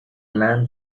man